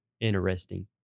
interesting